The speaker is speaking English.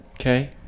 Okay